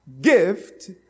Gift